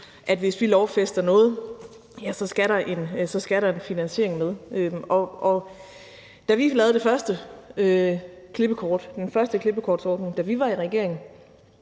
at hvis vi lovfæster noget, ja, så skal der en finansiering med. Da vi lavede den første klippekortsordning, da vi var i regering,